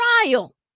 trial